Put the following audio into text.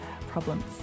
problems